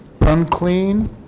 unclean